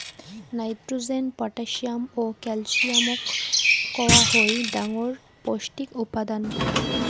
nitrogen, potassium ও ক্যালসিয়ামক কওয়া হই ডাঙর পৌষ্টিক উপাদান